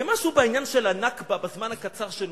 ומשהו בעניין של ה"נכבה", בזמן הקצר שנותר,